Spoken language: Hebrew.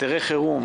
היתרי חירום.